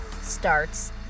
starts